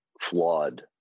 flawed